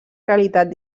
realitat